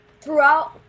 throughout